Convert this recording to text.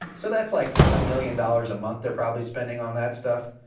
so that's, like, a million dollars a month they're probably spending on that stuff.